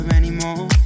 anymore